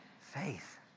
Faith